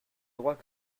droits